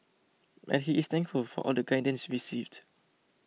and he is thankful for all the guidance received